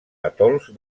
atols